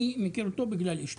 אני מכיר אותו בגלל אשתו.